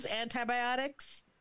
antibiotics